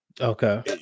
Okay